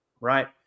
right